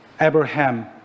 Abraham